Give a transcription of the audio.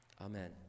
Amen